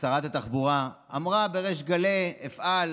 שרת התחבורה אמרה בריש גלי: אפעל,